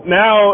now